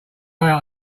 out